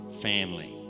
family